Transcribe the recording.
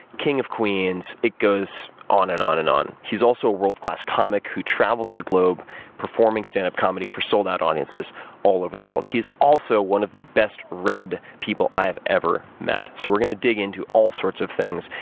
king of queens, it goes on and on and on. he's also a world class comic who travels the globe performing standup comedy for sold out audiences all over the world. he's also one of the best read people i have ever met. so we're going to dig into all sorts of things,